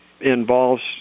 involves